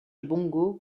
bongo